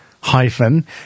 hyphen